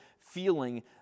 feeling